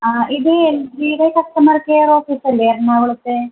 ആ ഇത് എൽ ജിയുടെ കസ്റ്റമർ കെയർ ഓഫീസ് അല്ലേ എറണാകുളത്തെ